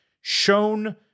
shown